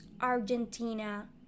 Argentina